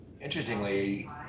interestingly